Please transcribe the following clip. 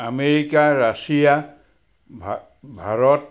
America Russia Bharat